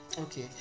okay